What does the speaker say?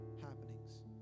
happenings